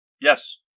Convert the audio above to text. Yes